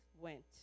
went